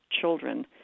children